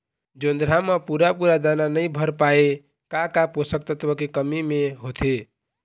जोंधरा म पूरा पूरा दाना नई भर पाए का का पोषक तत्व के कमी मे होथे?